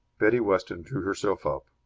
betty weston drew herself up.